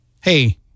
Hey